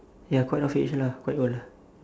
ya quite of age lah quite old